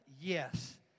Yes